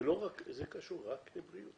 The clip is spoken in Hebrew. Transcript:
זה קשור רק לבריאות?